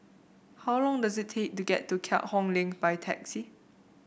how long does it take to get to Keat Hong Link by taxi